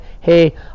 hey